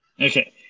Okay